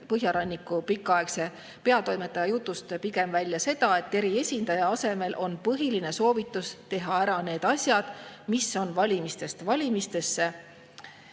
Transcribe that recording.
Põhjaranniku pikaaegse peatoimetaja jutust välja pigem seda, et eriesindaja asemel on põhiline soovitus teha ära need asjad, mille on valimistest valimistesse